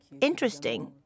interesting